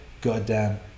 goddamn